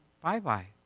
bye-bye